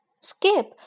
Skip